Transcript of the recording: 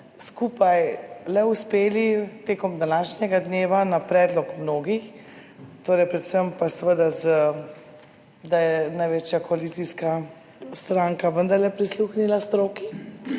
skupaj le uspeli tekom današnjega dneva na predlog mnogih, torej predvsem pa seveda z, da je največja koalicijska stranka vendarle prisluhnila stroki